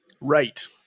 Right